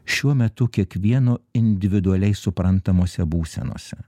šiuo metu kiekvieno individualiai suprantamose būsenose